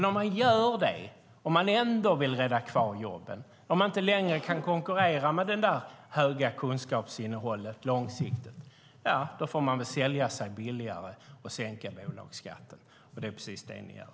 Om man gör det och ändå vill rädda kvar jobben, och inte längre kan konkurrera med det höga kunskapsinnehållet långsiktigt, får man väl sälja sig billigare och sänka bolagsskatten. Det är precis det ni gör.